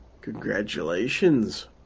Congratulations